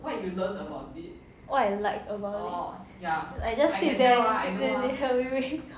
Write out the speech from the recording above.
what I like about it I just sit there then they help me make-up